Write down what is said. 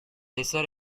lesser